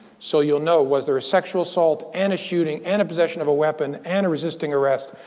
so you'll know, was there a sexual assault and a shooting and a possession of a weapon and a resisting arrest,